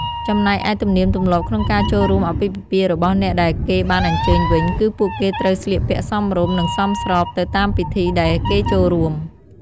ចំំណែកឯទំនៀមទម្លាប់ក្នុងការចូលរួមអាពាហ៍ពិពាហ៍របស់អ្នកដែលគេបានអញ្ជើញវិញ គឺពួកគេត្រូវស្លៀកពាក់សមរម្យ និងសមស្របទៅតាមពិធីដែលគេចូលរួម។